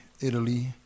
Italy